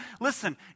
Listen